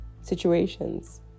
situations